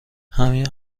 همین